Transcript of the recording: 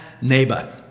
neighbor